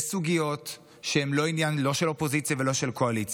יש סוגיות שהן לא עניין לא של אופוזיציה ולא של קואליציה,